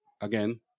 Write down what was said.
again